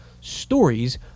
stories